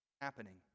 happening